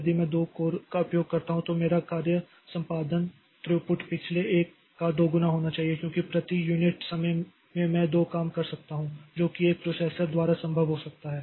यदि मैं 2 कोर का उपयोग करता हूं तो मेरा कार्य संपादन थ्रूपुट पिछले 1 का दोगुना होना चाहिए क्योंकि प्रति यूनिट समय में मैं 2 काम कर सकता हूं जो कि एक प्रोसेसर द्वारा संभव हो सकता है